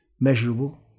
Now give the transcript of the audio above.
measurable